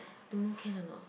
don't know can or not